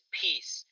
peace